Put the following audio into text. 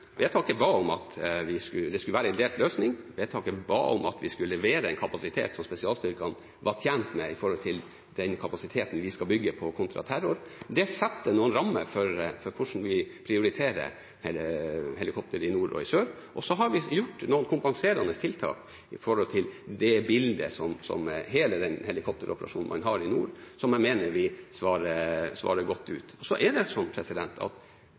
Vedtaket ba om at det skulle være en delt løsning, og vedtaket ba om at vi skulle levere en kapasitet som spesialstyrkene var tjent med når det gjelder den kapasiteten vi skal bygge på kontraterror. Det setter noen rammer for hvordan vi prioriterer helikopter i nord og i sør. Så har vi gjort noen kompenserende tiltak når det gjelder bildet for hele den helikopteroperasjonen man har i nord, og som jeg mener vi svarer godt på. Når man må prioritere, så